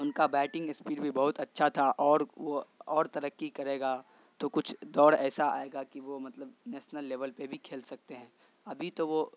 ان کا batting speed بھی بہت اچھا تھا اور وہ اور ترقی کرے گا تو کچھ دور ایسا آئے گا کہ وہ مطلب نیسنل لیول پہ بھی کھیل سکتے ہیں ابھی تو وہ